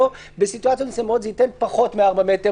בסיטואציות מסוימות זה ייתן פחות מ-4 מטר,